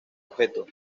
objeto